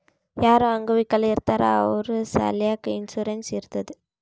ಯಾರು ಅಂಗವಿಕಲ ಇರ್ತಾರ್ ಅವ್ರ ಸಲ್ಯಾಕ್ ಇನ್ಸೂರೆನ್ಸ್ ಇರ್ತುದ್